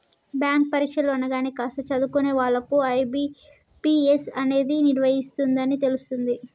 bank పరీక్షలు అనగానే కాస్త చదువుకున్న వాళ్ళకు ఐ.బీ.పీ.ఎస్ అనేది నిర్వహిస్తుందని తెలుస్తుంది